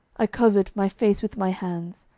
i covered my face with my hands,